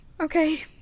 okay